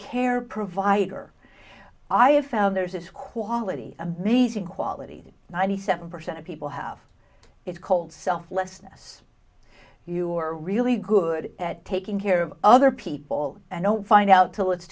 care provider i have found there's this quality amazing quality ninety seven percent of people have it called self lessness you are really good at taking care of other people and don't find out till it's